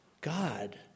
God